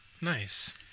nice